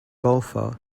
golfer